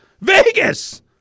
Vegas